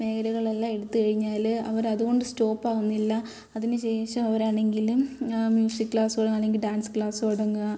മേഖലകളെല്ലാം എടുത്ത് കഴിഞ്ഞാൽ അവർ അതുകൊണ്ട് സ്റ്റോപ്പ് ആവുന്നില്ല അതിനുശേഷം അവരാണെങ്കിലും മ്യൂസിക് ക്ലാസുകൾ അല്ലെങ്കിൽ ഡാൻസ് ക്ലാസുകൾ തുടങ്ങുക